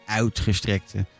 uitgestrekte